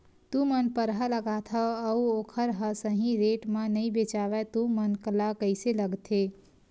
तू मन परहा लगाथव अउ ओखर हा सही रेट मा नई बेचवाए तू मन ला कइसे लगथे?